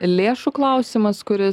lėšų klausimas kuris